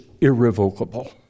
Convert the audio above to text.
irrevocable